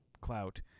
clout